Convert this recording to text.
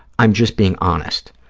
i'm just being honest.